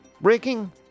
breaking